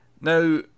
Now